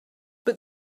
but